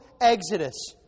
Exodus